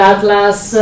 Atlas